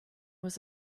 was